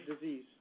disease